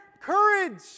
courage